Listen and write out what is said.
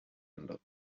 andere